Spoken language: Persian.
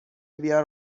بیار